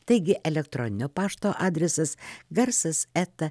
taigi elektroninio pašto adresas garsas eta